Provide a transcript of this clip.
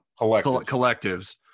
collectives